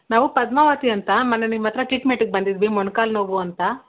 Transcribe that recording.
ನಾವು ಪದ್ಮಾವತಿ ಅಂತ ಮೊನ್ನೆ ನಿಮ್ಮ ಹತ್ರ ಟ್ರೀಟ್ಮೆಂಟಿಗೆ ಬಂದಿದ್ವಿ ಮೊಣ್ಕಾಲು ನೋವು ಅಂತ